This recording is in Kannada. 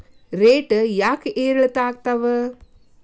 ರೇಟ್ ಯಾಕೆ ಏರಿಳಿತ ಆಗ್ತಾವ?